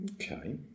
Okay